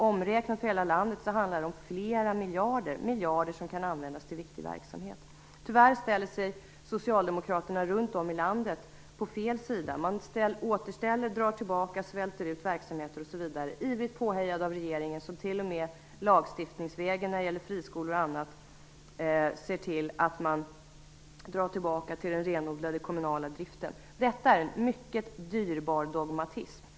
Omräknat för hela landet handlar det om flera miljarder, pengar som skulle kunna användas till viktig verksamhet. Tyvärr ställer sig socialdemokraterna runt om i landet på fel sida. Man återställer, drar tillbaka och svälter ut verksamheter, ivrigt påhejad av regeringen, som t.o.m. lagstiftningsvägen, när det gäller friskolor och annat, ser till att man går tillbaka till den renodlade kommunala driften. Detta är mycket dyrbar dogmatism.